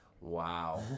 Wow